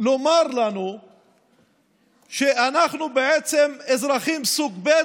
לומר לנו שאנחנו בעצם אזרחים סוג ב',